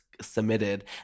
submitted